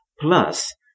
plus